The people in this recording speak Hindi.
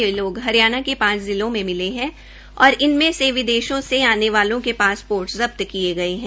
ये लोग हरियाणा के पांच जिलो से मिले है और इनमे विदेश से आने वालों के पासपोर्ट जब्त किये गये है